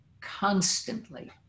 constantly